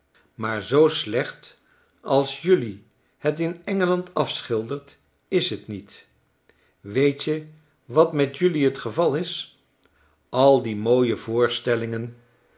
maar zoo slecht als jelui het in en gel and afschildert is het niet weet je wat met jelui t geval is al die mooie